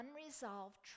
unresolved